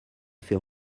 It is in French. fait